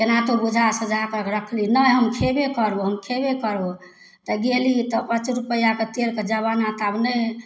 केनहुतो बुझा सुझा कऽ रखली नहि हम खेबे करबौ हम खेबे करबौ तऽ गेली ओ तऽ पाँच रुपैआके तेलके जबाना तऽ आब नहि हइ